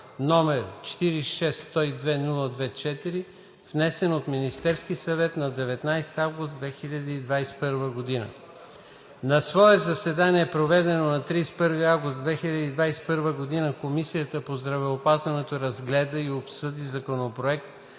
№ 46-102-02-2, внесен от Министерския съвет на 5 август 2021 г. На свое заседание, проведено на 31 август 2021 г., Комисията по здравеопазването разгледа и обсъди Законопроект